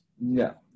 No